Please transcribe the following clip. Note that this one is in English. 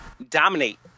dominate